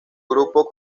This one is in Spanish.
grupo